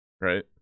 Right